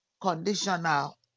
conditional